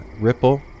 Ripple